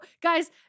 guys